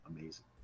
amazing